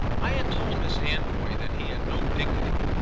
i had told miss anvoy that he had no dignity,